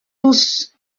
tous